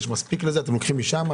אתם לוקחים משם?